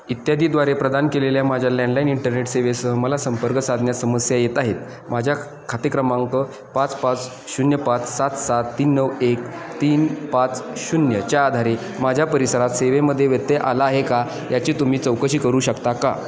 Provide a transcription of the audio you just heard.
इत्यादी द्वारे प्रदान केलेल्या माझ्या लँडलाईन इंटरनेट सेवेसह मला संपर्क साधण्यास समस्या येत आहेत माझ्या खाते क्रमांक पाच पाच शून्य पाच सात सात तीन नऊ एक तीन पाच शून्यच्या आधारे माझ्या परिसरात सेवेमध्ये व्यत्यय आला आहे का याची तुम्ही चौकशी करू शकता का